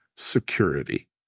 security